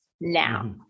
now